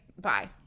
bye